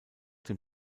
dem